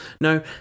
No